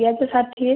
ପିଆଜ ଷାଠିଏ